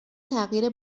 تغییر